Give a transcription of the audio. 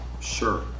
Sure